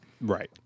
Right